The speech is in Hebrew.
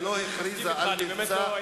ולא הכריזה על מבצע "עופרת יצוקה" בתחום הכלכלי,